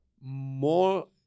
more